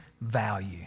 value